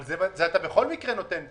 אבל את זה אתה בכל מקרה נותן פה.